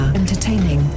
entertaining